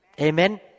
Amen